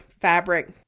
fabric